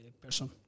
person